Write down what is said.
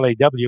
LAW